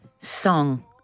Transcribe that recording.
song